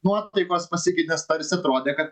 nuotaikos pasikeitė nes tarsi atrodė kad